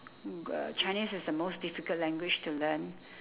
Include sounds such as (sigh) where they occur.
(noise) chinese is the most difficult language to learn